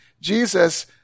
Jesus